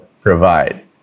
provide